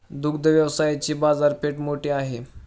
दुग्ध व्यवसायाची बाजारपेठ मोठी आहे